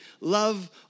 love